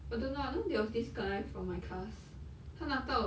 I don't know ah know they have this guy from my class 他拿到